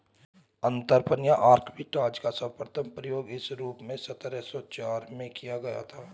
अंतरपणन या आर्बिट्राज का सर्वप्रथम प्रयोग इस रूप में सत्रह सौ चार में किया गया था